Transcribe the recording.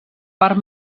part